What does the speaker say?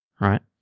right